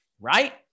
Right